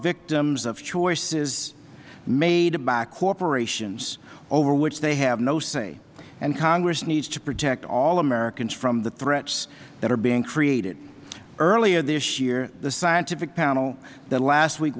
victims of choices made by corporations over which they have no say and congress needs to protect all americans from the threats that are being created earlier this year the scientific panel that last week